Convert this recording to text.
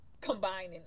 combining